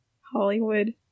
Hollywood